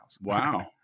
wow